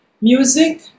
music